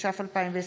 התש"ף 2020,